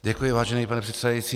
Děkuji, vážený pane předsedající.